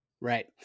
Right